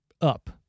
up